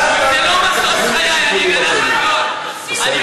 ואז אתה תפעיל שיקולים